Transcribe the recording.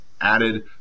added